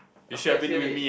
after I heard it